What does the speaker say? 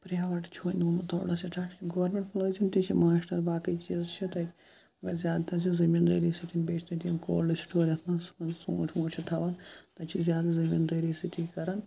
private چھُ وۄنۍ گوٚمُت تھوڑا سٕٹاٹ گورمٮ۪نٛٹ مُلٲزِم تہِ چھِ ماسٹر باقٕے چیٖز چھِ تَتہِ مگر زیادٕ تَر چھِ زٔمیٖندٲری سۭتۍ بیٚیہِ چھِ تَتہِ یِم کولڈٕ سٹور یَتھ منٛز ژوٗںٛٹھۍ ووٗنٛٹھۍ چھِ تھَوان تَتہِ چھِ زیادٕ زٔمیٖندٲری سۭتی کَرَن